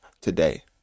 today